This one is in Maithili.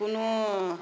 आ कओनो